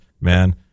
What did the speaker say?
man